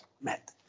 met